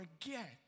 forget